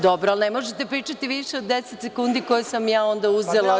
Dobro, ali ne možete pričati više od deset sekundi koje sam ja uzela.